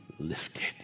lifted